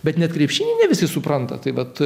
bet net krepšinį ne visi supranta tai vat